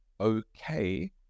okay